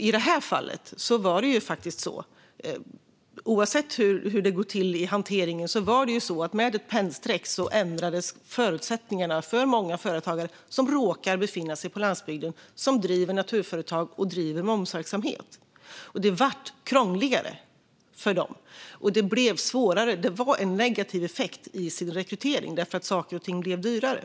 I det här fallet - oavsett hur det går till i hanteringen - ändrades med ett pennstreck förutsättningarna för många företagare som råkar befinna sig på landsbygden, som driver naturföretag och som bedriver momsverksamhet. Det blev krångligare för dem, det blev svårare och det blev en negativ effekt i rekryteringen därför att saker och ting blev dyrare.